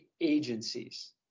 agencies